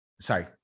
sorry